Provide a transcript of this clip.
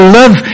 love